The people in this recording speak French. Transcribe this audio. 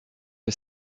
que